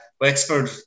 Wexford